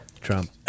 Trump